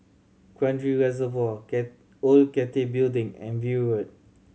Kranji Reservoir Old Cathay Building and View Road